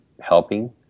helping